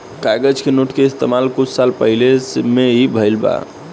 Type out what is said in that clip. कागज के नोट के इस्तमाल कुछ साल पहिले में ही भईल बा